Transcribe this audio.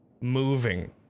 moving